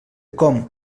com